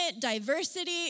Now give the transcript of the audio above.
diversity